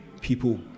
people